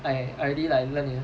I I already like learn enough